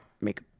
make